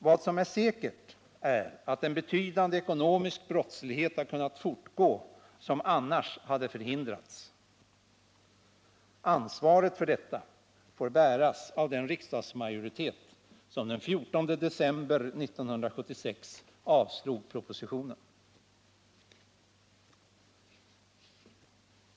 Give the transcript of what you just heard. Vad som är säkert är att en betydande ekonomisk brottslighet har kunnat fortgå, som annars hade förhindrats. Ansvaret för detta får bäras av den riksdagsmajoritet som den 14 december 1976 avslog propositionen.